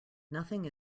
nothing